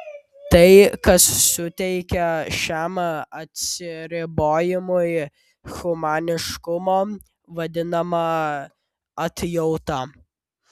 tai kas suteikia šiam atsiribojimui humaniškumo vadinama atjauta